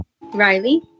Riley